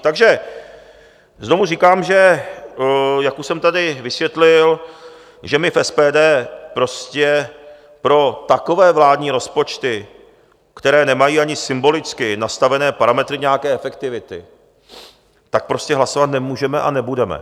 Takže znovu říkám, jak už jsem tady vysvětlil, že my v SPD prostě pro takové vládní rozpočty, které nemají ani symbolicky nastavené parametry nějaké efektivity, prostě hlasovat nemůžeme a nebudeme.